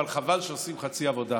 אבל חבל שעושים חצי עבודה.